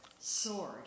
sword